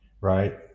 right